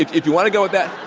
if you want to go with that,